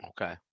Okay